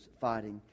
fighting